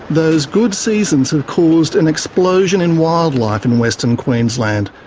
those good seasons have caused an explosion in wildlife in western queensland,